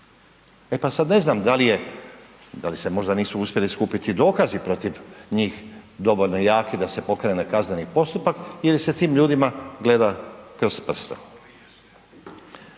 E pa sad ne znam da li se možda nisu uspjeli skupiti dokazi protiv njih dovoljno jaki da se pokrene kazneni postupak ili se tim ljudima gleda kroz prste?